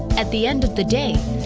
at the end of the day,